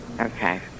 okay